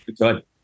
Good